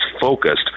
focused